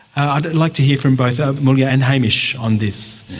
i'd like to hear from both ah mulya and hamish on this.